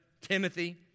Timothy